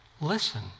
Listen